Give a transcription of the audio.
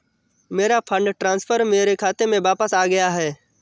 मेरा fund transfer मेरे खाते में वापस आ गया है